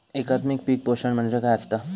एकात्मिक पीक पोषण म्हणजे काय असतां?